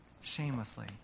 shamelessly